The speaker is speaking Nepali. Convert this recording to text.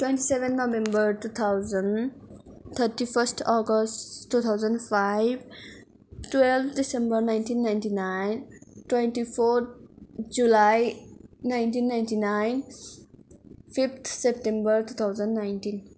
twenty seven November two thousand thirty first August two thousand five twelve December nineteen ninety nine twenty four July nineteen ninety nine fifth September two thousand nineteen